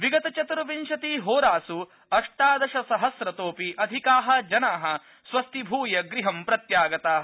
विगतचतुर्विंशति होरासु अष्टादशसहस्रतोऽपि अधिकाः जनाः स्वस्थीभूय गृहं प्रत्यागताः